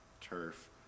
turf